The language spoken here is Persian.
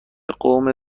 قوم